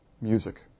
music